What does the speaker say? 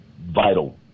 vital